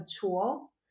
tool